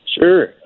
Sure